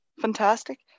Fantastic